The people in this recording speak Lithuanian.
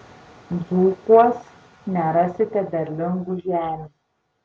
dzūkuos nerasite derlingų žemių